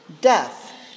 death